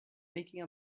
making